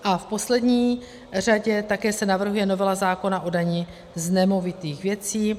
A v poslední řadě také se navrhuje novela zákona o dani z nemovitých věcí.